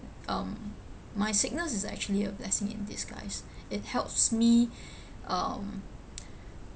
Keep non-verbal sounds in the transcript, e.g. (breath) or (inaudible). um my sickness is actually a blessing in disguise it helps me (breath) um (noise)